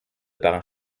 parents